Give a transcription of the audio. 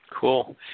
Cool